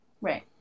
right